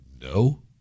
no